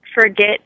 forget